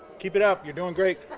keep it up, you're doing great.